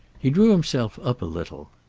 he drew himself up a little.